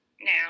now